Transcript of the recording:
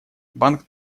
банк